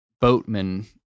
Boatmen